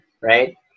right